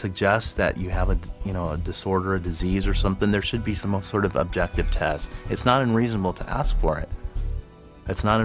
suggests that you have a you know a disorder a disease or something there should be some a sort of objective test it's not unreasonable to ask for it that's not